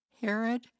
Herod